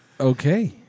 Okay